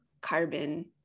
carbon